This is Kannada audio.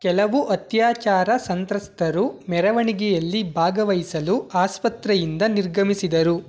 ಕೆಲವು ಅತ್ಯಾಚಾರ ಸಂತ್ರಸ್ತರು ಮೆರವಣಿಗೆಯಲ್ಲಿ ಭಾಗವಹಿಸಲು ಆಸ್ಪತ್ರೆಯಿಂದ ನಿರ್ಗಮಿಸಿದರು